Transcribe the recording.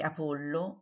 Apollo